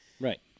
Right